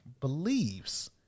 believes